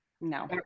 no